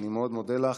אני מאוד מודה לך.